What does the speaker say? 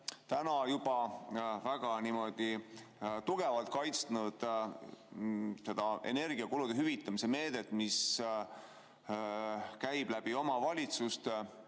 täna juba väga tugevalt kaitsnud seda energiakulude hüvitamise meedet, mis käib omavalitsuste